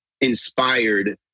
inspired